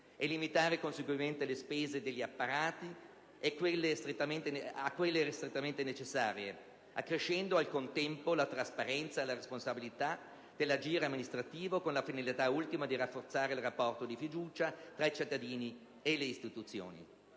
e limitare, conseguentemente, le spese degli apparati a quelle strettamente necessarie accrescendo, al contempo, la trasparenza, la responsabilità dell'agire amministrativo con la finalità ultima di rafforzare il rapporto di fiducia tra i cittadini e le istituzioni.